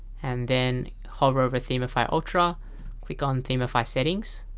and then hover over themify ultra click on themify settings